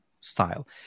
style